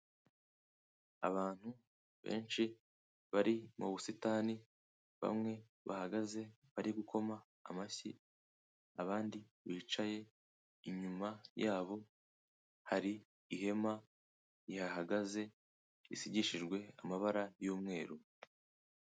Abantu benshi bari mu busitani, bamwe bahagaze barigukoma amashyi, abandi bicaye inyuma yabo, hari ihema rihahagaze risigishijwe amabara y'umweru.